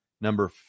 number